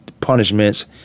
punishments